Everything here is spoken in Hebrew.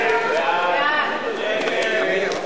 תודה רבה.